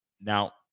Now